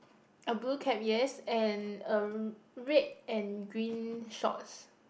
a blue cap yes and a r~ red and green shorts